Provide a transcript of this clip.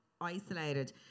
isolated